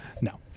No